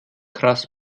krass